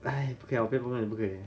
!hais! 不可以不可以不给